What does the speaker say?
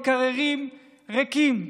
מקררים ריקים,